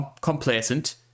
complacent